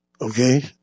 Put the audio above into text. okay